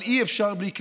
אבל אי-אפשר בלי כנסת.